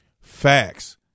Facts